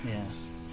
Yes